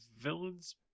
villain's